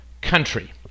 country